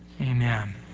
amen